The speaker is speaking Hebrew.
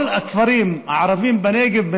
כל הכפרים הערביים בנגב,